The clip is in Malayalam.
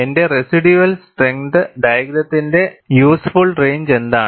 എന്റെ റെസിഡ്യൂൽ സ്ട്രെങ്ത് ഡയഗ്രത്തിന്റെ യൂസ്ഫുൾ റേഞ്ച് എന്താണ്